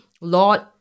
Lord